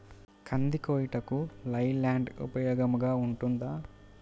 కంది కోయుటకు లై ల్యాండ్ ఉపయోగముగా ఉంటుందా?